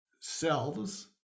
selves